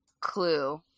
clue